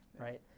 right